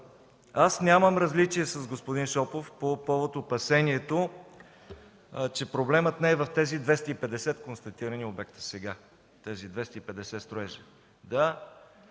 Аз нямам различия с господин Шопов по повод опасението, че проблемът не е в тези 250 констатирани обекта сега, тези 250 строежа.